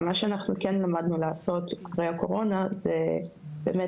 מה שאנחנו כן למדנו לעשות אחרי הקורונה זה באמת,